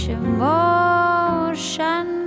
emotion